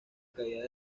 caída